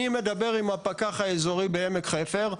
אני מדבר עם הפקח האזורי בעמק חפר.